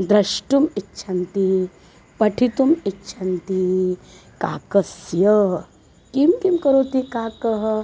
द्रष्टुम् इच्छन्ति पठितुम् इच्छन्ति काकस्य किं किं करोति काकं